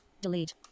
Delete